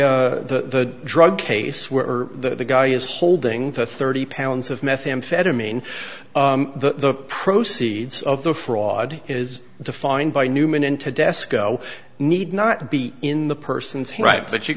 unlike the drug case where the guy is holding the thirty pounds of methamphetamine the proceeds of the fraud is defined by newman into desk zero need not be in the person's he right but you